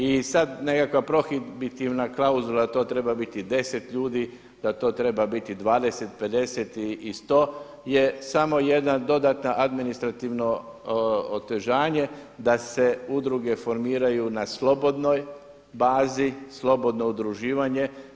I sada nekakva prohibitivna klauzula to treba biti 10 ljudi, da to treba biti 20, 50 i 100 je samo jedna dodatna administrativno otežanje da se udruge formiraju na slobodnoj bazi, slobodno udruživanje.